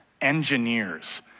engineers